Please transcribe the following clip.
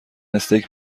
استیک